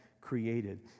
created